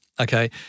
okay